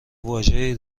واژه